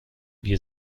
wir